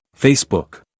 Facebook